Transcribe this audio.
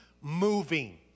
moving